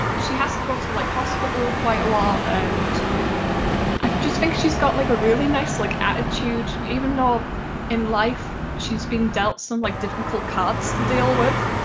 she has to go to like hospital quite a lot and i just think she's got like a really nice like attitude, even though in life, she's been dealt some like difficult cards to deal with,